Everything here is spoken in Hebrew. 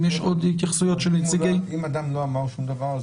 אם יש עוד התייחסויות של נציגי --- אם אדם לא אמר שום דבר,